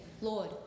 Lord